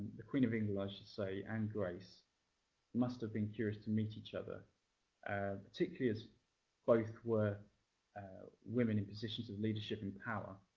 the queen of england i should say and grace must have been curious to meet each other particularly as both were women in positions of leadership and power,